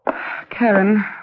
Karen